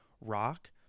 rock